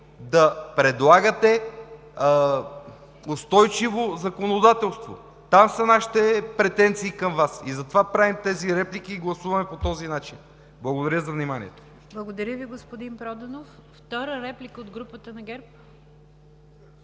да предлагате устойчиво законодателство. Там са нашите претенции към Вас, затова правим тези реплики и гласуваме по този начин. Благодаря за вниманието. ПРЕДСЕДАТЕЛ НИГЯР ДЖАФЕР: Благодаря Ви, господин Проданов. Втора реплика от групата на ГЕРБ?